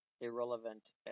irrelevant